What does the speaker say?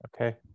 okay